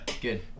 good